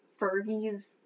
Fergie's